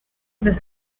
los